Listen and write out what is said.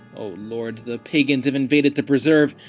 o lord, the pagans have invaded the preserve,